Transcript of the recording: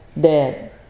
dead